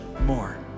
more